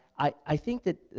i think that,